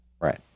Right